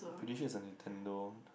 pretty sure it's a Nintendo